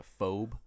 phobe